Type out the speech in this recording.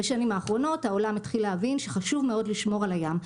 בשנים האחרונות העולם התחיל להבין שחשוב מאוד לשמור על הים.